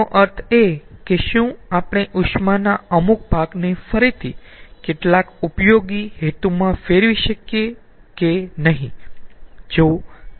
તેનો અર્થ એ કે શું આપણે ઉષ્માના અમુક ભાગને ફરીથી કેટલાક ઉપયોગી હેતુમાં ફેરવી શકીયે કે નહીં